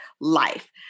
life